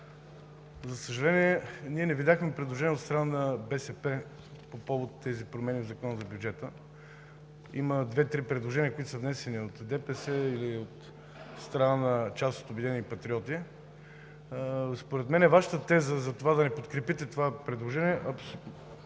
за съжаление, ние не видяхме предложение от страна на БСП по повод на тези промени в Закона за бюджета. Има две-три предложения, които са внесени от ДПС или от страна на част от „Обединени патриоти“. Според мен Вашата теза за това да подкрепите това предложение